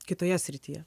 kitoje srityje